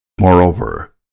Moreover